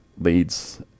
leads